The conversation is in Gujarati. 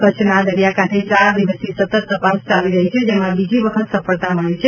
કચ્છના દરિયાકાંઠે ચાર દિવસથી સતત તપાસ ચાલી રહી છે જેમાં બીજી વખત સફળતા મળી છે